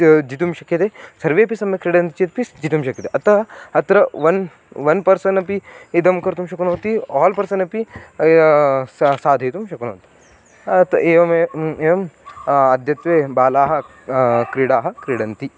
जेतुं शक्यते सर्वेपि सम्यक् क्रीडन्ति चेतपि जेतुं शक्यते अतः अत्र वन् वन् पर्सन् अपि इदं कर्तुं शक्नोति आल् पर्सन् अपि साधयितुं शक्नोति अतः एवमेव एवम् अद्यत्वे बालाः क्रीडाः क्रीडन्ति